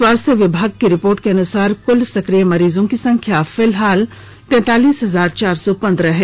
स्वास्थ्य विभाग के रिपोर्ट के अनुसार कुल सक्रिय मरीजों की संख्या फिलहाल तैतालीस हजार चार सौ पंद्रह है